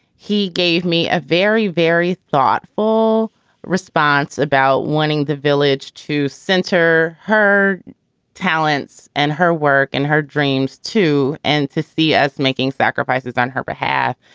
he gave me a very, very thoughtful response about wanting the village to center her talents and her work and her dreams to and to see us making sacrifices on her behalf.